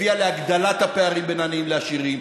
הביאה להגדלת הפערים בין עניים לעשירים,